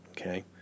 Okay